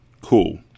Cool